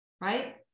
right